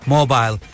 Mobile